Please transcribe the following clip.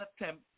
attempt